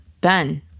Ben